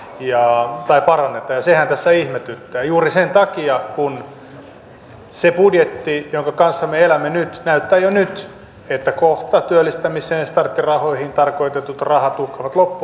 ja sehän tässä ihmetyttää juuri sen takia että se budjetti jonka kanssa me elämme nyt näyttää jo nyt että kohta työllistämiseen starttirahoihin tarkoitetut rahat uhkaavat loppua